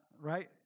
right